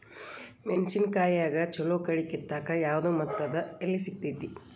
ಮೆಣಸಿನಕಾಯಿಗ ಛಲೋ ಕಳಿ ಕಿತ್ತಾಕ್ ಯಾವ್ದು ಮತ್ತ ಅದ ಎಲ್ಲಿ ಸಿಗ್ತೆತಿ?